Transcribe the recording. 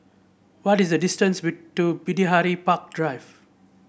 what is the distance to Bidadari Park Drive